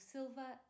Silva